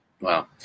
Wow